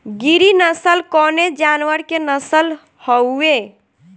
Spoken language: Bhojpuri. गिरी नश्ल कवने जानवर के नस्ल हयुवे?